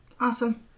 Awesome